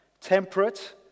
temperate